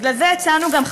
בגלל זה הצענו גם,